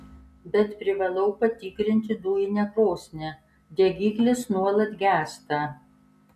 bet privalau patikrinti dujinę krosnį degiklis nuolat gęsta